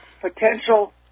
potential